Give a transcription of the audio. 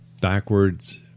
backwards